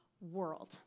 world